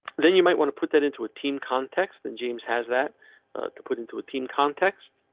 then you might want to put that into a team context. then james has that to put into a team context.